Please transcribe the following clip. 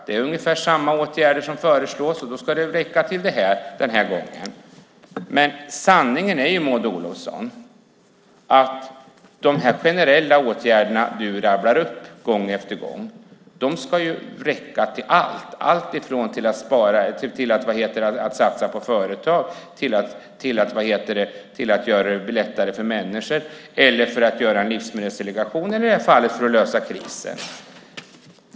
Det är samma åtgärder som föreslås. Det ska räcka till detta den här gången. Men sanningen, Maud Olofsson, är ju att de generella åtgärder du rabblar upp gång efter gång ska räcka till allt, från att satsa på företag till att göra det lättare för människor, att tillsätta en livsmedelsdelegation eller, som i det här fallet, att lösa krisen.